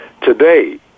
Today